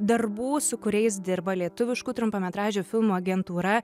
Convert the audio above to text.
darbų su kuriais dirba lietuviškų trumpametražių filmų agentūra